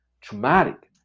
traumatic